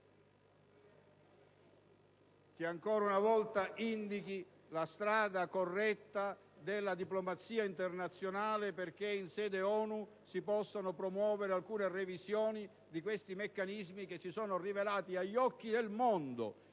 che ancora una volta indichi la strada corretta della diplomazia internazionale perché in sede ONU si possano promuovere alcune revisioni di questi meccanismi che si sono rivelati agli occhi del mondo,